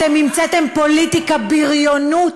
אתם המצאתם פוליטיקת בריונות,